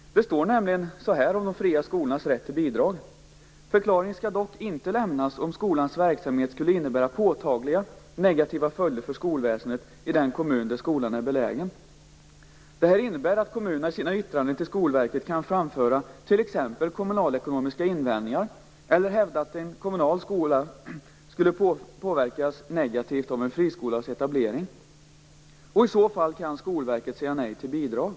Det står nämligen så här om de fria skolornas rätt till bidrag: "Förklaring skall dock inte lämnas, om skolans verksamhet skulle innebära påtagliga negativa följder för skolväsendet i den kommun där skolan är belägen -." Detta innebär att kommunerna i sina yttranden till Skolverket kan framföra t.ex. kommunalekonomiska invändningar eller hävda att en kommunal skola skulle påverkas negativt av etableringen av en friskola. I så fall kan Skolverket säga nej till bidrag.